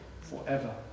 forever